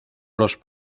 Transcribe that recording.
los